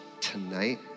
tonight